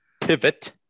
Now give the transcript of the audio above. pivot